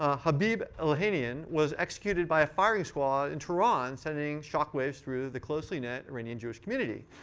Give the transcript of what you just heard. ah habib elghanian was executed by a firing squad in tehran, sending shockwaves through the closingly-knit iranian jewish community.